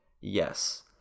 Yes